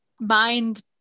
mind